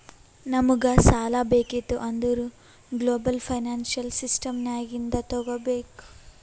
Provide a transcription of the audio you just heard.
ನಮುಗ್ ಸಾಲಾ ಬೇಕಿತ್ತು ಅಂದುರ್ ಗ್ಲೋಬಲ್ ಫೈನಾನ್ಸಿಯಲ್ ಸಿಸ್ಟಮ್ ನಾಗಿಂದೆ ತಗೋಬೇಕ್